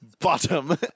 bottom